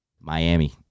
Miami